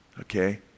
Okay